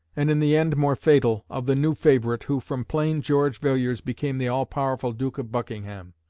and in the end more fatal, of the new favourite, who from plain george villiers became the all-powerful duke of buckingham.